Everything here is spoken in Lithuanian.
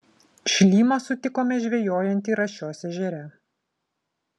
šlymą sutikome žvejojantį rašios ežere